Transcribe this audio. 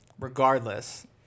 regardless